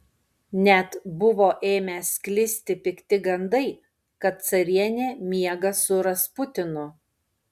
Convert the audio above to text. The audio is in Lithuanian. net buvo ėmę sklisti pikti gandai kad carienė miega su rasputinu